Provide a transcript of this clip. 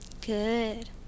good